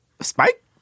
Spike